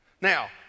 Now